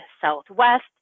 southwest